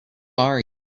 are